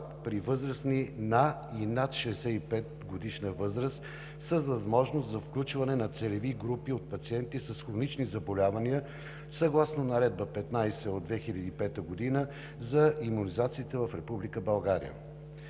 при възрастни на и над 65-годишна възраст, с възможност за включване на целеви групи от пациенти с хронични заболявания съгласно Наредба № 15 от 2005 г. за имунизациите в